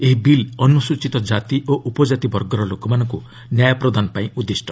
ଏହି ବିଲ୍ ଅନୁସ୍ଚୀତ ଜାତି ଓ ଉପଜାତି ବର୍ଗର ଲୋକମାନଙ୍କୁ ନ୍ୟାୟ ପ୍ରଦାନ ପାଇଁ ଉଦ୍ଦିଷ୍ଟ